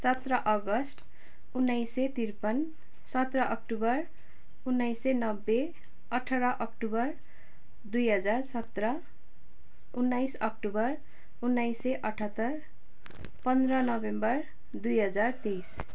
सत्र अगस्त उन्नाइस सय त्रिपन्न सत्र अक्टोबर उन्नाइस सय नब्बे अठार अक्टोबर दुई हजार सत्र उन्नाइस अक्टोबर उन्नाइस सय अठहत्तर पन्ध्र नोभेम्बर दुई हजार तिस